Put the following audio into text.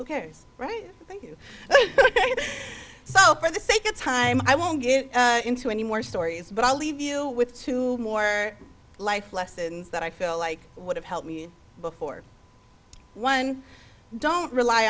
cares right thank you so for the sake of time i won't get into any more stories but i'll leave you with two more life lessons that i feel like what helped me before one don't rely